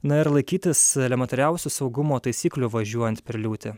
na ir laikytis elementariausių saugumo taisyklių važiuojant per liūtį